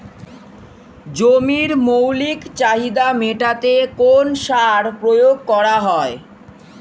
জমির মৌলিক চাহিদা মেটাতে কোন সার প্রয়োগ করা হয়?